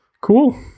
cool